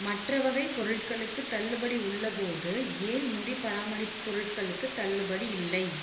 மற்ற வகை பொருட்களுக்கு தள்ளுபடி உள்ளபோது ஏன் முடி பராமரிப்பு பொருட்களுக்கு தள்ளுபடி இல்லை